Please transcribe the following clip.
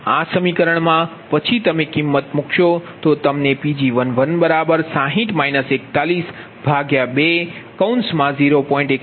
આ સમીકરણમાં પછી તમે કિમત મૂકશો તો તમને Pg120